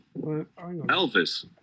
Elvis